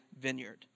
vineyard